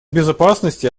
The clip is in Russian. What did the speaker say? безопасности